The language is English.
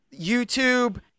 YouTube